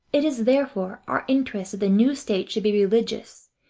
it is, therefore, our interest that the new states should be religious,